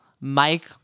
Mike